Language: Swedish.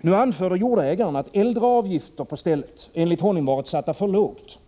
Nu anförde jordägaren, att äldre avgifter på stället enligt honom varit satta för lågt.